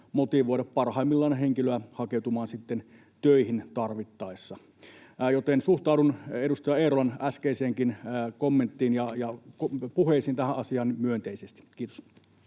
motivoida henkilöä hakeutumaan sitten töihin tarvittaessa. Joten suhtaudun edustaja Eerolan äskeiseenkin kommenttiin ja puheisiin tähän asiaan liittyen myönteisesti. — Kiitos.